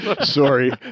sorry